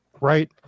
right